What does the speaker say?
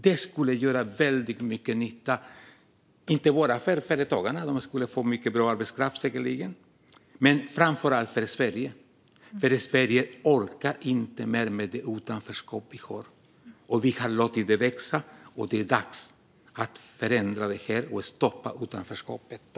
Det skulle göra väldigt mycket nytta - inte bara för företagarna, som säkerligen skulle få mycket bra arbetskraft, utan framför allt för Sverige. Sverige orkar nämligen inte med det utanförskap vi har. Vi har låtit det växa. Det är dags att förändra det och stoppa utanförskapet.